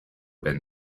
been